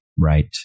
Right